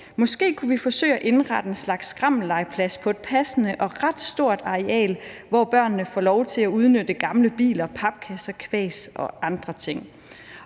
»Måske kunne vi forsøge at indrette en slags skrammellegeplads på et passende og ret stort areal, hvor børnene fik lov at udnytte gamle biler, papkasser, kvas og andre slags